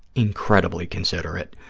incredibly considerate.